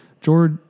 George